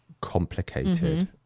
complicated